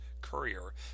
courier